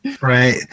Right